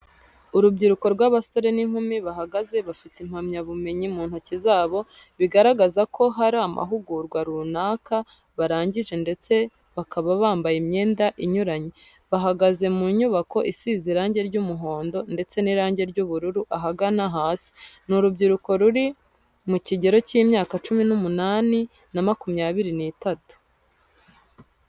Urubyiruko rw'abasore n'inkumi bahagaze bafite impamyabumenyi mu ntoki zabo, bigaragaza ko hari amahugurwa ruanaka barangije ndetse bakaba bambaye imyenda inyuranye. Bahagaze mu nyubako isize irange ry'umuhondo ndetse n'irange ry'ubururu ahagana hasi. Ni urubyiruko ruri mu kigero cy'imyaka cumi n'umunani na makumyabiri n'itatu.